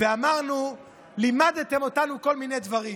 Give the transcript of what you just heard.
ואמרנו שלימדתם אותנו כל מיני דברים.